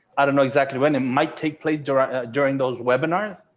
i don't know exactly when it might take place during during those webinars.